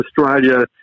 Australia